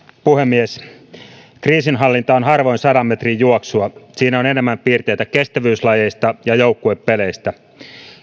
puhemies kriisinhallinta on harvoin sadan metrin juoksua siinä on enemmän piirteitä kestävyyslajeista ja joukkuepeleistä